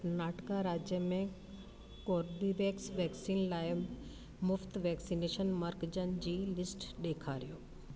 कर्नाटक राज्य में Corbevax vaccine लाइ मुफ़्त वैक्सनेशन मर्कज़नि जी लिस्ट ॾेखारियो